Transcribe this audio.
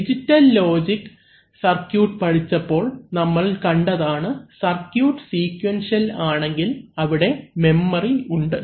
digital logic circuit പഠിച്ചപ്പോൾ നമ്മൾ കണ്ടതാണ് സർക്യുട്ട് സ്വീകുവെന്ഷിയൽ ആണെങ്കിൽ അവിടെ മെമ്മറി ഉണ്ട്